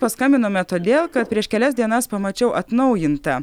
paskambinome todėl kad prieš kelias dienas pamačiau atnaujintą